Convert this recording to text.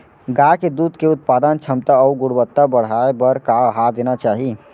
गाय के दूध के उत्पादन क्षमता अऊ गुणवत्ता बढ़ाये बर का आहार देना चाही?